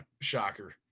shocker